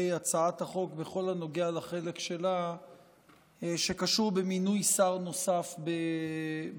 הצעת החוק בכל הנוגע לחלק שלה שקשור במינוי שר נוסף במשרד,